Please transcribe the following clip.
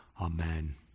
Amen